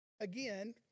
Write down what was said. Again